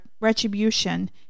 retribution